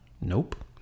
Nope